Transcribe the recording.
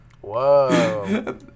Whoa